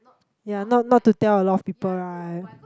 ya not not to tell a lot of people right